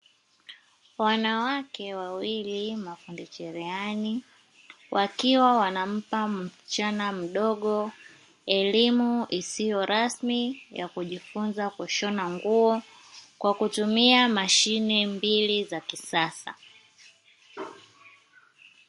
Wanawake wawili mafundi cherehani, wakiwa wanampa msichana mdogo elimu isiyo rasmi ya kujifunza kushona nguo kwa kutumia mashine mbili za kisasa.